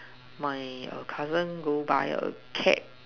my cousin go buy a cat